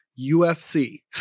UFC